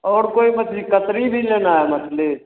और कोई मछली ककड़ी भी लेना है मछली